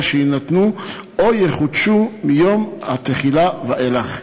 שיינתנו או יחודשו מיום התחילה ואילך.